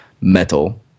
metal